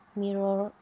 mirror